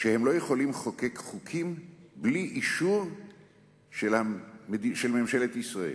שהם לא יכולים לחוקק חוקים בלי אישור של ממשלת ישראל,